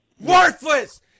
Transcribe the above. Worthless